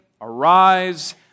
Arise